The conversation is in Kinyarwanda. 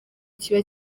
kiba